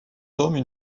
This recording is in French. hommes